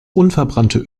unverbrannte